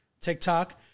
TikTok